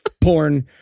porn